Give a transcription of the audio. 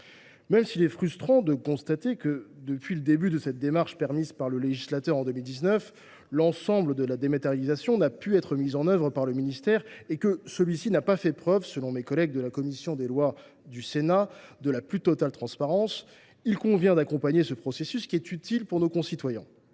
Même s’il est frustrant de constater que, depuis le début de cette démarche permise par le législateur en 2019, l’ensemble de la dématérialisation n’a pu être mise en œuvre par le ministère et que celui ci n’a pas fait preuve, selon mes collègues de la commission des lois du Sénat, de la plus totale transparence, il convient d’accompagner ce processus, qui est utile pour nos concitoyens.